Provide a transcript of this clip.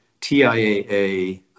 TIAA